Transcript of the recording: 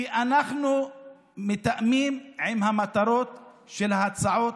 כי אנחנו מתאמים עם המטרות של ההצעות,